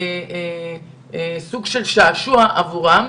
אנשים שזה סוג של שעשוע עבורם.